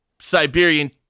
Siberian